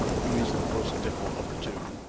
who is the worse devil of the two,